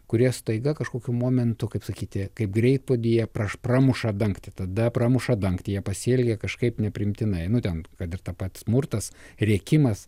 kurie staiga kažkokiu momentu kaip sakyti kaip greitpuodyje praš pramuša dangtį tada pramuša dangtį jie pasielgia kažkaip nepriimtinai einu ten kad ir tą patį smurtas rėkimas